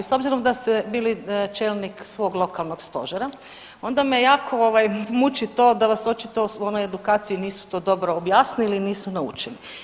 S obzirom da ste bili čelnik svog lokalnog stožera onda me jako muči to da vas očito u onoj edukaciji nisu to dobro objasnili, nisu naučili.